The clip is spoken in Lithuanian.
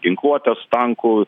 ginkluotės tankų